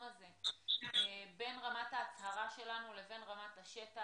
הזה בין רמת ההצהרה שלנו לבין רמת השטח?